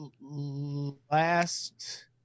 last